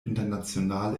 international